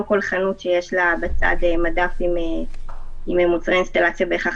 לא כל חנות שיש לה בצד מדף עם מוצרי אינסטלציה בהכרח